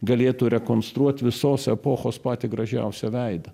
galėtų rekonstruot visos epochos patį gražiausią veidą